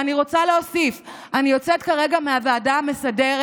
ואני רוצה להוסיף: אני יוצאת כרגע מהוועדה המסדרת.